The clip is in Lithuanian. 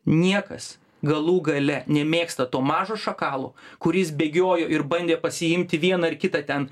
niekas galų gale nemėgsta to mažo šakalo kuris bėgiojo ir bandė pasiimti vieną ar kitą ten